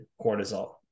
cortisol